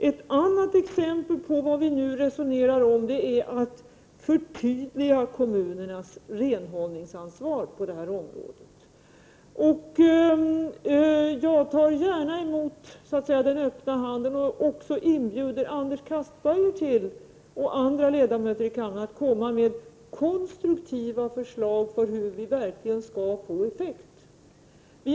Ett annat exempel på vad vi nu resonerar om är ett förtydligande av kommunernas renhållningsansvar på det här området. Jag tar gärna emot den öppna handen och inbjuder också Anders Castberger och andra ledamöter i kammaren att komma med konstruktiva förslag till hur vi verkligen skall få till stånd effektiva resultat.